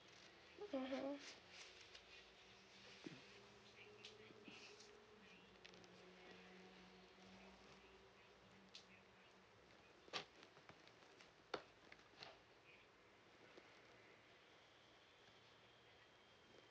mmhmm